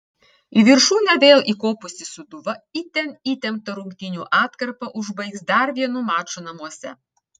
į viršūnę vėl įkopusi sūduva itin įtemptą rungtynių atkarpą užbaigs dar vienu maču namuose